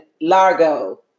Largo